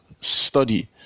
study